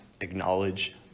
acknowledge